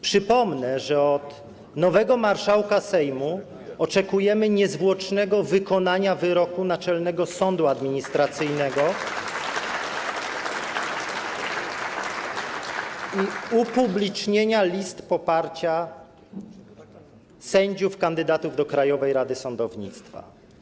Przypomnę, że od nowego marszałka Sejmu oczekujemy niezwłocznego wykonania wyroku Naczelnego Sądu Administracyjnego i upublicznienia list poparcia sędziów kandydatów do Krajowej Rady Sądownictwa.